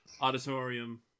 auditorium